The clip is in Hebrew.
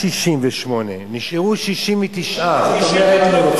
168. נשארו 69. 90 בוטלו כבר.